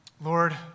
Lord